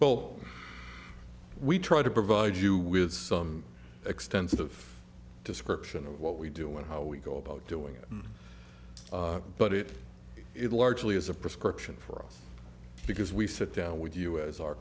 bill we try to provide you with some extensive description of what we do and how we go about doing it but it it largely is a prescription for us because we sit down with you as our